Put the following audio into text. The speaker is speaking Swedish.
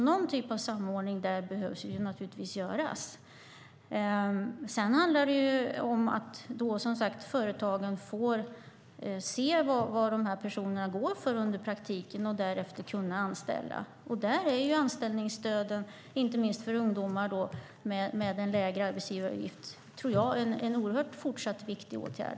Någon typ av samordning behöver alltså göras, naturligtvis. Sedan handlar det som sagt om att företagen får se vad dessa personer går för under praktiken och därefter kan anställa. Där tror jag att anställningsstöden, inte minst för ungdomar med lägre arbetsgivaravgift, fortsatt är en oerhört viktig åtgärd.